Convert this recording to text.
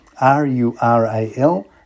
r-u-r-a-l